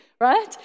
Right